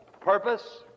purpose